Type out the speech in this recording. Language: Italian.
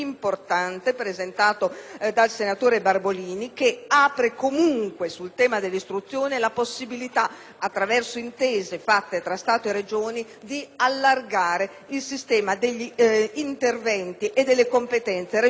attraverso intese fatte tra Stato e Regioni, di allargare il sistema degli interventi e delle competenze regionali su questa materia. È stato poi inserito il diritto allo studio, che mai era stato individuato come una funzione